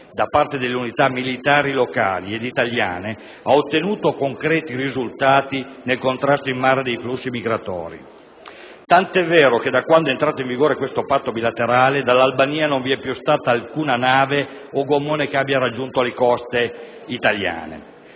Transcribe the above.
da parte delle unità militari locali e italiane, ha ottenuto concreti risultati nel contrasto in mare dei flussi migratori, tant'è vero che da quando è entrato in vigore questo patto bilaterale dall'Albania non c'è stata alcuna nave o gommone che abbia raggiunto le coste italiane.